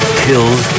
kills